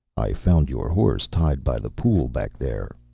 i found your horse tied by the pool back there,